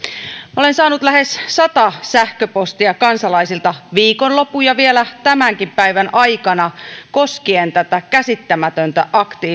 olen saanut lähes sata sähköpostia kansalaisilta viikonlopun ja vielä tämänkin päivän aikana koskien tätä käsittämätöntä